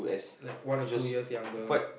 like one or two years younger